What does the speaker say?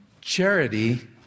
Charity